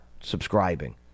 subscribing